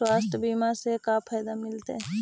स्वास्थ्य बीमा से का फायदा मिलतै?